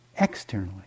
externally